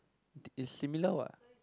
is similar what